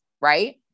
right